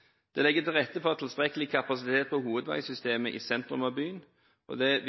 Det legger til rette for tilstrekkelig kapasitet på hovedveisystemet i sentrum av byen, og det